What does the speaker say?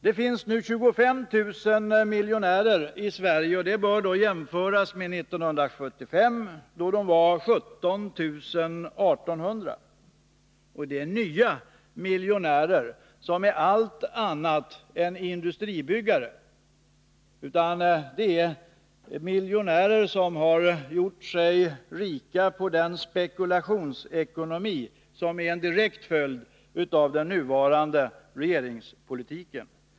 Det finns nu 25 000 miljonärer i Sverige. Det bör jämföras med att antalet år 1975 var 17 800. Och det handlar om nya miljonärer som är allt annat än industribyggare. Det är miljonärer som gjort sig rika på den spekulationsekonomi som är en direkt följd av den nuvarande regeringspolitiken.